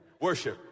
Worship